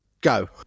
Go